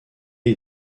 est